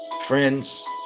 Friends